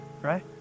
right